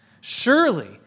Surely